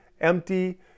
empty